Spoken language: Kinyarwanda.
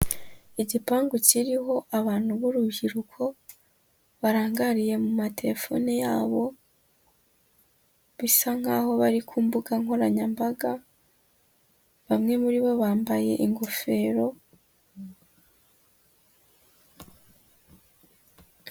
Igipangu kiriho abantu b'urubyiruko barangariye mu matelefone yabo bisa nk'aho bari ku mbuga nkoranyambaga bamwe muri bo bambaye ingofero.